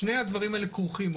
שני הדברים האלה כרוכים,